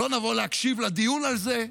לא נבוא להקשיב לדיון על זה,